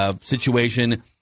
situation